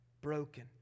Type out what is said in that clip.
broken